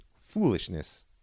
foolishness